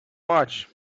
watch